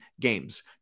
games